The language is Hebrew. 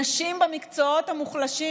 נשים במקצועות המוחלשים,